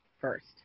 first